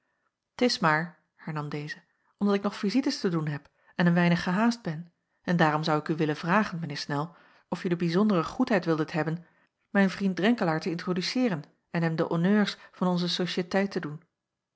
t is maar hernam deze omdat ik nog vizites te doen heb en een weinig gehaast ben en daarom zou ik u willen vragen mijn heer snel of je de bijzondere goedheid wildet hebben mijn vriend drenkelaer te introduceeren en hem de honneurs van onze sociëteit te doen